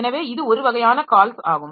எனவே இது ஒருவகையான கால்ஸ் ஆகும்